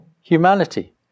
humanity